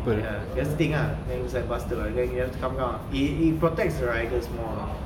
ya that's the thing ah then it's like busted what then you have to come down it it protects riders more ah